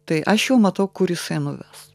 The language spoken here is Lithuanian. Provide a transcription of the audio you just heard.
tai aš jau matau kur jisai nuves